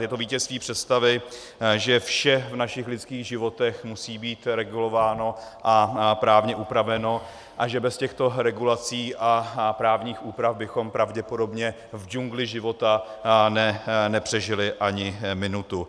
Je to vítězství představy, že vše v našich lidských životech musí být regulováno a právně upraveno a že bez těchto regulací a právních úprav bychom pravděpodobně v džungli života nepřežili ani minutu.